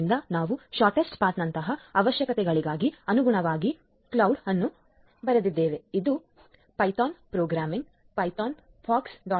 ಆದ್ದರಿಂದ ನಾವು ಶೊರ್ಟ್ಸ್ಟ್ ಪಥನಂತಹ ಅವಶ್ಯಕತೆಗಳಿಗೆ ಅನುಗುಣವಾಗಿ ಕೋಡ್ ಅನ್ನು ಬರೆದಿದ್ದೇವೆ ಇದು ಪೈಥಾನ್ ಪ್ರೋಗ್ರಾಂ "ಪೈಥಾನ್ ಪೋಕ್ಸ್